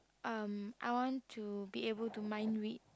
um I want to be able to mind read